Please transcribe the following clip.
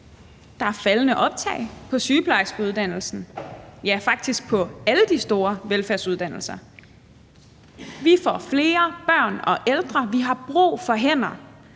Der er faldende optag på sygeplejerskeuddannelsen, ja, faktisk på alle de store velfærdsuddannelser. Vi får flere børn og ældre. Vi har brug for hænder